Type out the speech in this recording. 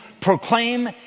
proclaim